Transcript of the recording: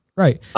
Right